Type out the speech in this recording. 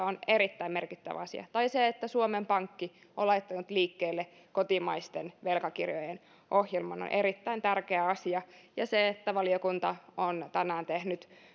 on erittäin merkittävä asia ja se että suomen pankki on laittanut liikkeelle kotimaisten velkakirjojen ohjelman on erittäin tärkeä asia samoin se että valiokunta on tänään tehnyt